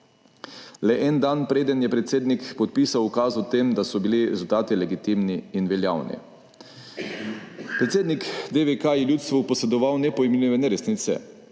le en dan, preden je predsednik podpisal ukaz o tem, da so bili rezultati legitimni in veljavni. Predsednik DVK je ljudstvu posedoval nepojmljive neresnice.